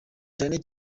cyane